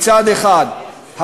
מצד אחד הפעלת